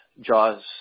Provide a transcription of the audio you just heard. JAWS